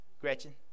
Gretchen